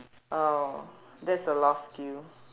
oh that's a lost skill